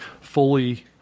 fully